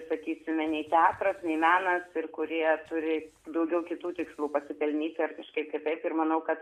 sakysime nei teatras nei menas ir kurie turi daugiau kitų tikslų pasipelnyti ar kažkaip kitaip ir manau kad